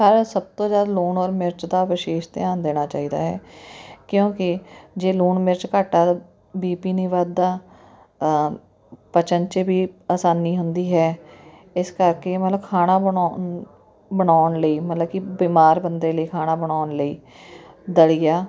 ਪਰ ਓਹ ਸਭ ਤੋਂ ਜ਼ਿਆਦਾ ਲੂਣ ਔਰ ਮਿਰਚ ਦਾ ਵਿਸ਼ੇਸ਼ ਧਿਆਨ ਦੇਣਾ ਚਾਹੀਦਾ ਹੈ ਕਿਉਂਕਿ ਜੇ ਲੂਣ ਮਿਰਚ ਘੱਟ ਆ ਬੀਪੀ ਨਹੀਂ ਵੱਧਦਾ ਪਚਨ 'ਚ ਵੀ ਆਸਾਨੀ ਹੁੰਦੀ ਹੈ ਇਸ ਕਰਕੇ ਮਤਲਬ ਖਾਣਾ ਬਣਾਉਣ ਬਣਾਉਣ ਲਈ ਮਤਲਬ ਕਿ ਬਿਮਾਰ ਬੰਦੇ ਲਈ ਖਾਣਾ ਬਣਾਉਣ ਲਈ ਦਲੀਆ